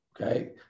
Okay